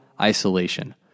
isolation